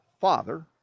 father